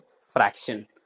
fraction